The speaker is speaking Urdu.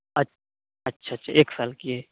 اچھا اچھا ایک سال کی ہے